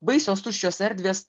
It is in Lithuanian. baisios tuščios erdvės